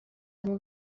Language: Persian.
مون